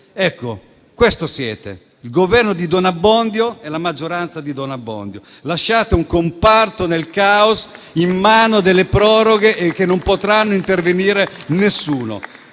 Ecco, questo siete: il Governo di don Abbondio e la maggioranza di don Abbondio. Lasciate un comparto nel caos con in mano delle proroghe e non potrà intervenire nessuno.